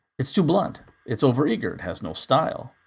it's too blunt it's overeager. it has no style.